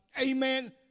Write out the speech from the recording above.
amen